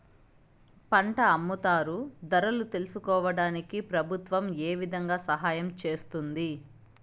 పంట అమ్ముతారు ధరలు తెలుసుకోవడానికి ప్రభుత్వం ఏ విధంగా సహాయం చేస్తుంది?